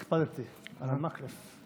הקפדתי על מקלף.